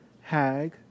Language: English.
hag